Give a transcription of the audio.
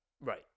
Right